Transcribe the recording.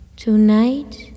Tonight